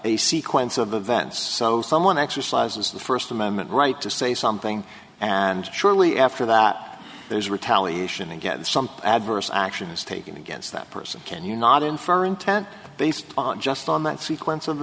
a sequence of events so someone exercises the first amendment right to say something and shortly after that there's retaliation and get some adverse action is taken against that person can not infer intent based just on that sequence of